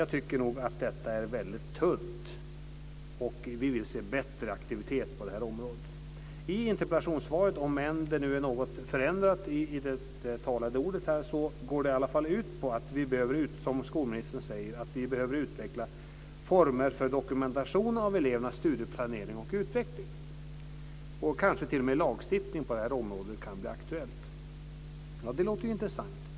Jag tycker nog att detta är väldigt tunt. Vi vill se bättre aktivitet på det här området. Interpellationssvaret, även om det är något förändrat i uppläst form, går, som skolministern säger, ut på att vi behöver utveckla former för dokumentation av elevernas studieplanering och utveckling. Kanske kan t.o.m. lagstiftning på det här området bli aktuell. Det låter intressant.